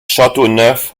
châteauneuf